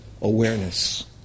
awareness